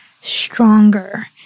stronger